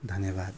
धन्यवाद